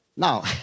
Now